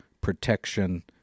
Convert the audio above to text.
protection